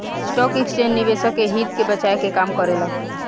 stock exchange निवेशक के हित के बचाये के काम करेला